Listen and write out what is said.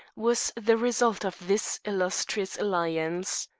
was the result of this illustrious alliance.